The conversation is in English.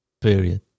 Period